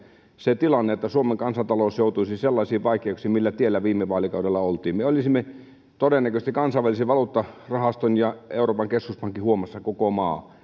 se tilanne että suomen kansantalous joutuisi sellaisiin vaikeuksiin millä tiellä viime vaalikaudella oltiin me olisimme todennäköisesti kansainvälisen valuuttarahaston ja euroopan keskuspankin huomassa koko maa